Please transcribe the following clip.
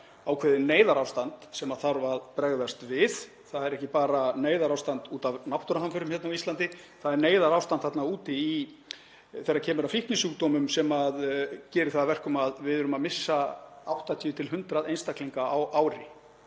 ákveðið neyðarástand sem þarf að bregðast við. Það er ekki bara neyðarástand út af náttúruhamförum hérna á Íslandi. Það er neyðarástand þarna úti þegar kemur að fíknisjúkdómum sem gerir það að verkum að við erum að missa 80–100 einstaklinga á ári